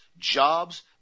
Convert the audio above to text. Jobs